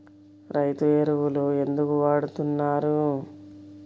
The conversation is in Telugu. రైతు ఎరువులు ఎందుకు వాడుతున్నారు?